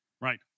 Right